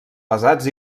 pesats